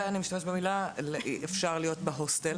אפשר להיות בהוסטל?